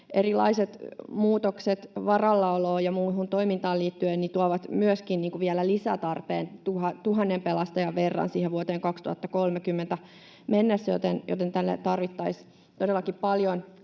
erilaiset muutokset varallaoloon ja muuhun toimintaan liittyen tuovat vielä lisätarpeen tuhannen pelastajan verran vuoteen 2030 mennessä, joten tarvittaisiin todellakin paljon lisää